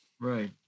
Right